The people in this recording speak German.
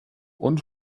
und